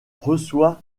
reçoit